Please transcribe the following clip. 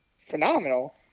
Phenomenal